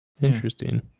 Interesting